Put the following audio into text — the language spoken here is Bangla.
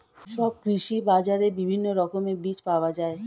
সব কৃষি বাজারে বিভিন্ন রকমের বীজ পাওয়া যায়